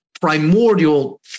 primordial